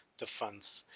the funds,